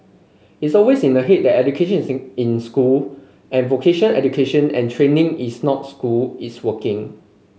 it's always in the head that educations in school and vocation education and training is not school is working